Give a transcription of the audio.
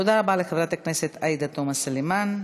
תודה רבה לחברת הכנסת עאידה תומא סלימאן.